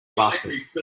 basket